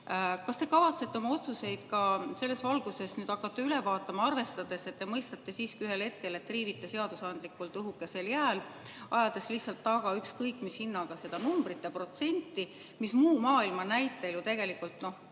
Kas te kavatsete oma otsuseid ka selles valguses hakata üle vaatama, arvestades, et te siiski ühel hetkel mõistate, et triivite seadusandlikult õhukesel jääl, ajades lihtsalt ükskõik mis hinnaga taga seda numbrit ja protsenti, mis muu maailma näitel ju tegelikult, kui